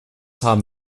haben